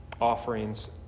offerings